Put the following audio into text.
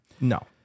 No